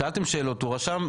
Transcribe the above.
שאלתם שאלות והוא עונה.